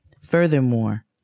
Furthermore